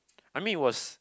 I mean it was